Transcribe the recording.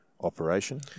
operation